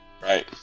Right